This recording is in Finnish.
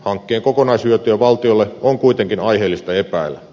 hankkeen kokonaishyötyä valtiolle on kuitenkin aiheellista epäillä